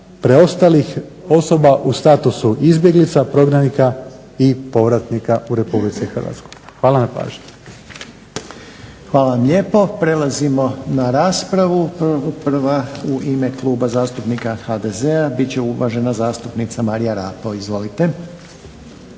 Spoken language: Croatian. preostalih osoba u statusu izbjeglica, prognanika i povratnika u RH. Hvala vam na pažnji. **Reiner, Željko (HDZ)** Hvala vam lijepo. Prelazimo na raspravu. Prva u ime Kluba zastupnika HDZ-a bit će uvažena zastupnica Marija Rapo. Izvolite.